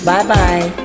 Bye-bye